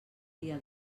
dia